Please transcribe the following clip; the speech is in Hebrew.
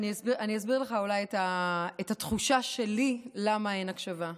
אני אסביר לך למה התחושה שלי היא שאין הקשבה.